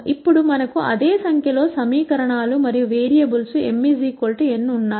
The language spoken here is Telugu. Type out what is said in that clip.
ఇప్పుడు మనకు అదే సంఖ్యలో సమీకరణాలు మరియు వేరియబుల్స్ m n ఉన్నాయి